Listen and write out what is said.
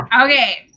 Okay